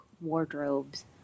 wardrobes